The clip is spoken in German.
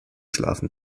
schlafen